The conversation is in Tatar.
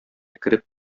кереп